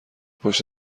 پشت